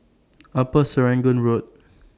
Upper Serangoon Road